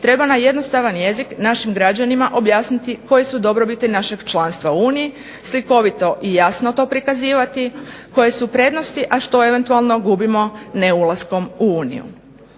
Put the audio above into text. Treba na jednostavan jezik našim građanima objasniti koje su dobrobiti našeg članstva u Uniji, slikovito i jasno to prikazivati koje su prednosti, a što eventualno gubimo neulaskom u Uniju.